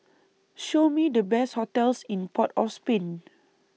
Show Me The Best hotels in Port of Spain